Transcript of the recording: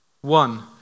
One